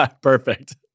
Perfect